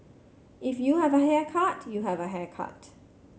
if you have a haircut you have a haircut